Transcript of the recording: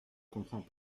comprends